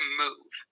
move